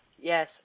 Yes